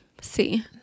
See